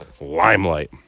limelight